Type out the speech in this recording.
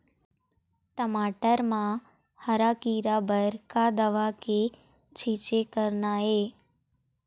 टमाटर म हरा किरा बर का दवा के छींचे करना ये?